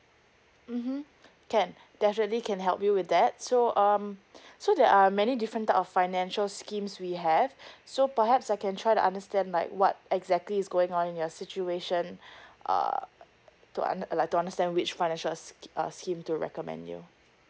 mmhmm can definitely can help you with that so um so there are many different type of financial schemes we have so perhaps I can try to understand like what exactly is going on your situation err to under~ uh like to understand which financial scheme to recommend you